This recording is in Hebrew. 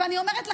ואני אומרת לכם,